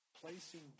placing